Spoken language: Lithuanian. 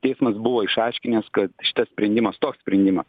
teismas buvo išaiškinęs kad šitas sprendimas toks sprendimas